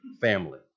family